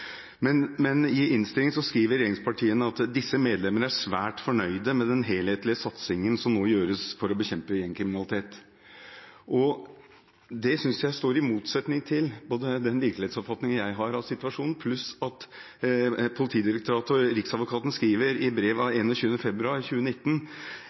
Men i innstillingen skriver regjeringspartiene: «Disse medlemmer er svært fornøyde med den helhetlige satsingen som nå gjøres for å bekjempe gjengkriminalitet.» Det synes jeg står i motsetning til den virkelighetsoppfatningen jeg har av situasjonen. Og Politidirektoratet og Riksadvokaten skriver i brev av